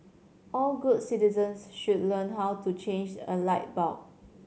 all good citizens should learn how to change a light bulb